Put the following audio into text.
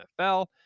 NFL